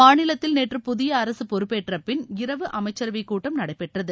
மாநிலத்தில் நேற்று புதிய அரசு பொறுப்பேற்ற பின் இரவு அமைச்சரவை கூட்டம் நடைபெற்றது